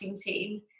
team